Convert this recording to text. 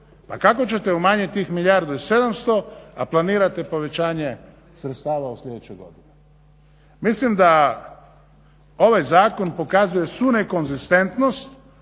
A kako ćete umanjiti tih milijardu i 700, a planirate povećanje sredstava u sljedećoj godini. Mislim da ovaj Zakon pokazuje svu nekonzistentnost